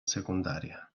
secundaria